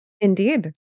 Indeed